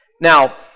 Now